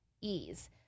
ease